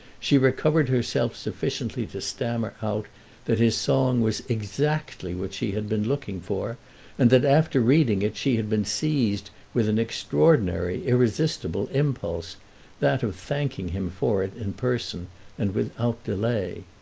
she recovered herself sufficiently to stammer out that his song was exactly what she had been looking for and that after reading it she had been seized with an extraordinary, irresistible impulse that of thanking him for it in person and without delay.